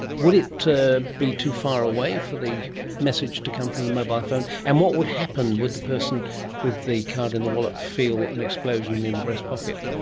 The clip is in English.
would it be too far away for the message to come from the mobile phone, and what would happen, would the person with the card in the wallet feel an explosion in the breast pocket?